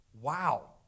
wow